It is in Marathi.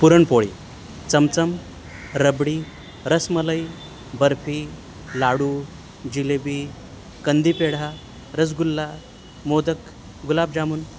पुरणपोळी चमचम रबडी रसमलई बर्फी लाडू जिलेबी कंदी पेढा रसगुल्ला मोदक गुलाबजामून